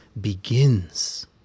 begins